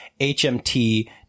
HMT